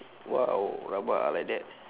!wow! rabak ah like that